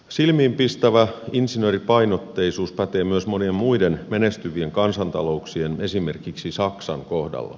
silmiinpistävä insinööripainotteisuus pätee myös monien muiden menestyvien kansantalouksien esimerkiksi saksan kohdalla